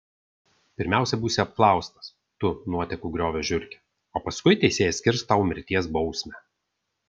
pirmiausia būsi apklaustas tu nuotekų griovio žiurke o paskui teisėjas skirs tau mirties bausmę